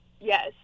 Yes